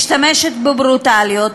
משתמשת בברוטליות,